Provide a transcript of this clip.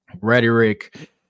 Rhetoric